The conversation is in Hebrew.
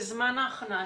בזמן ההכנה.